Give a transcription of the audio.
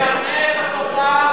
אתה מגנה את התופעה?